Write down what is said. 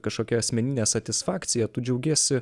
kašokia asmenine satisfakcija tu džiaugiesi